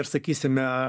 ir sakysime